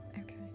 okay